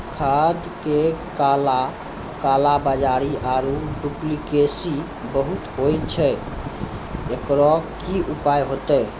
खाद मे काला कालाबाजारी आरु डुप्लीकेसी बहुत होय छैय, एकरो की उपाय होते?